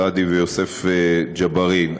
ויוסף ג'בארין.